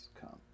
come